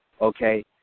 okay